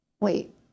Wait